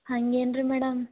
ಹಂಗೇನ್ರಿ madam